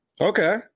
okay